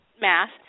math